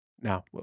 Now